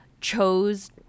chose